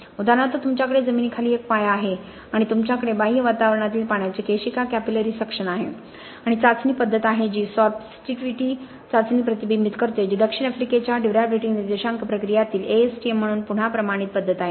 उदाहरणार्थ तुमच्याकडे जमिनीखाली एक पाया आहे आणि तुमच्याकडे बाह्य वातावरणातील पाण्याचे केशिका क्यापीलरी सक्शन आहे आणि चाचणी पद्धत आहे जी सॉरर्प्टिव्हिटी चाचणी प्रतिबिंबित करते जी दक्षिण आफ्रिकेच्या ड्युर्याबिलिटी निर्देशांक प्रक्रियेतील ASTM म्हणून पुन्हा प्रमाणित पद्धत आहे